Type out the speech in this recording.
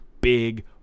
big